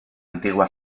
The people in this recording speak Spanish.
antigua